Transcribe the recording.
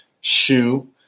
shoe